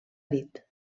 dit